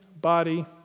body